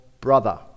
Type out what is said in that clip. brother